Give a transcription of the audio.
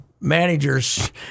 managers